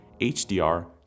HDR